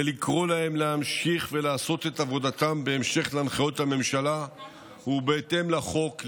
ולקרוא להם להמשיך ולעשות את עבודתם בהמשך להנחיות הממשלה ובהתאם לחוק,